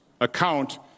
account